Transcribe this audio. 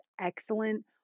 excellent